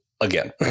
again